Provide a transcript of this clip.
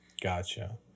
Gotcha